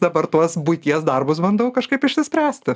dabar tuos buities darbus bandau kažkaip išsispręsti